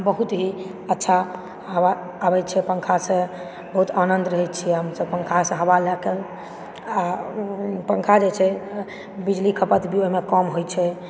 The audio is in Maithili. बहुत ही अच्छा हवा आबैत छै पङ्खासँ बहुत आनन्द रहै छिऐ हम सब पङ्खासँ हवा लए कऽ आ ओ पङ्खऽजे छै बिजली खपत भी ओहिमे कम होइ छै